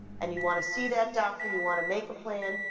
and you wanna see that doctor, you wanna make a plan,